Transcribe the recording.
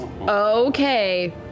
Okay